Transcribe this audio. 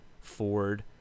ford